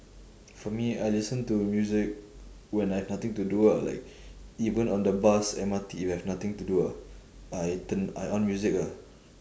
for me I listen to music when I've nothing to do ah like even on the bus M_R_T we've nothing to do ah I turn I on music ah